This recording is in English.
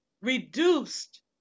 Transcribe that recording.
reduced